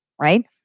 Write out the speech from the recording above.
Right